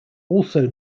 also